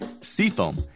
Seafoam